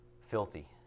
filthy